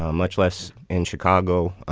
ah much less in chicago.